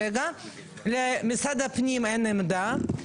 למשרד הפנים אין עמדה,